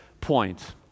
point